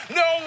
no